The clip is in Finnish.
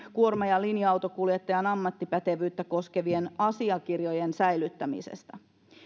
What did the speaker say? kuorma ja linja autonkuljettajan ammattipätevyyttä koskevien asiakirjojen säilyttämisestä